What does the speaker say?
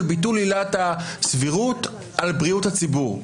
ביטול עילת הסבירות על בריאות הציבור.